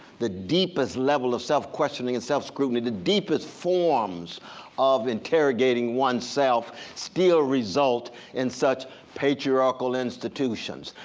the deepest level of self-questioning and self-scrutiny, the deepest forms of interrogating oneself still result in such patriarchal institutions,